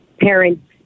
parents